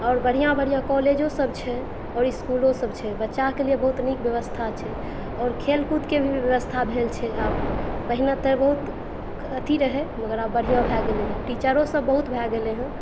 और बढ़िऑं बढ़िऑं कॉलेजो सब छै और इसकुलो सब छै बच्चा के लिए बहुत नीक व्यवस्था छै और खेलकूदकेँ भी व्यवस्था भेल छै आब पहिने त बहुत अथी रहै मगर आब बढ़िया भए गेलैहँ टीचरो सब बहुत भए गेलैहँ